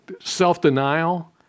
self-denial